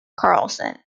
karlsson